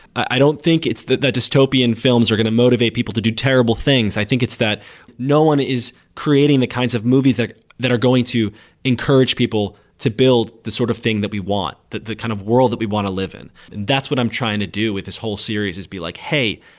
i don't think the the dystopian films are going to motivate people to do terrible things. i think it's that no one is creating the kinds of movies like that are going to encourage people to build the sort of thing that we want, the kind of world that we want to live in. that's what i'm trying to do with this whole series is be like, hey,